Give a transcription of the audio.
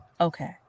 Okay